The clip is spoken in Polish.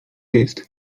jest